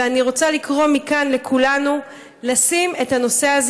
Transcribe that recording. אני רוצה לקרוא מכאן לכולנו לשים את הנושא הזה